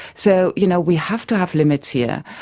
so you know we have to have limits here.